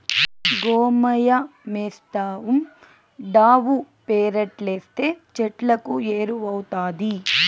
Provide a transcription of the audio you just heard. గోమయమేస్తావుండావు పెరట్లేస్తే చెట్లకు ఎరువౌతాది